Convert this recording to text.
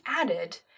added